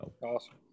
awesome